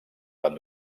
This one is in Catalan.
van